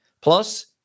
plus